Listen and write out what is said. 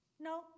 no